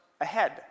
ahead